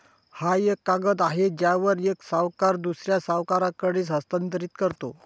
हा एक कागद आहे ज्यावर एक सावकार दुसऱ्या सावकाराकडे हस्तांतरित करतो